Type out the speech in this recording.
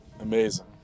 Amazing